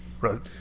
Right